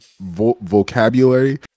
vocabulary